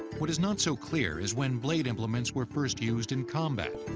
what is not so clear is when blade implements were first used in combat.